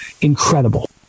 incredible